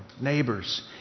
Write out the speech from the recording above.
neighbors